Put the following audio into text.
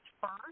first